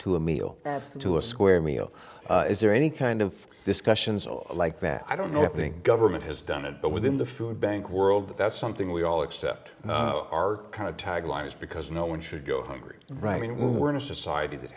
to a meal to a square meal is there any kind of discussions or like that i don't know i think government has done it but within the food bank world that's something we all except our kind of tagline is because no one should go hungry right when we're in a society that